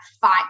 fight